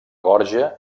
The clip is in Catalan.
gorja